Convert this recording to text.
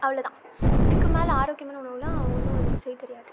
அவ்வளோ தான் இதுக்கு மேலே ஆரோக்கியமான உணவுன்னுலாம் ஒன்றும் எனக்கு செய்ய தெரியாது